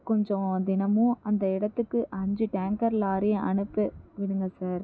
கொஞ்சம் தினமும் அந்த இடத்துக்கு அஞ்சு டேங்கர் லாரி அனுப்பி விடுங்கள் சார்